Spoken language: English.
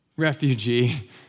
refugee